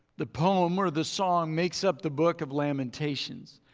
the poem or the song makes up the book of lamentations.